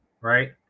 right